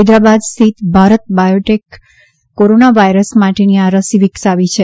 હૈદરાબાદ સ્થિત ભારત બાયોટેકે corona virus માટેની આ રસી વિકસાવી છે